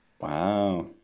Wow